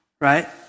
right